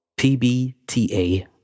PBTA